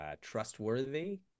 trustworthy